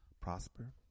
Prosper